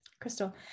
Crystal